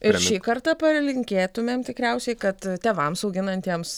ir šį kartą palinkėtumėm tikriausiai kad tėvams auginantiems